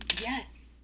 yes